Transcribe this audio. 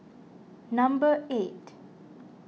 number eight